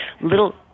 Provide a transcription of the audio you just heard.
little